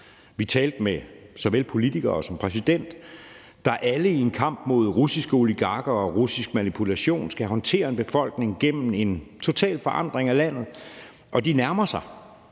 Vi talte med såvel politikere som præsidenten, der alle i en kamp mod russiske oligarker og russisk manipulation skal håndtere en befolkning gennem en total forandring af landet. Og de nærmer sig,